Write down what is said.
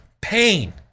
Pain